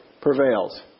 prevails